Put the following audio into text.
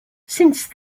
since